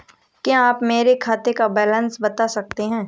क्या आप मेरे खाते का बैलेंस बता सकते हैं?